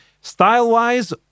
Style-wise